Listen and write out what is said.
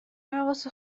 حواس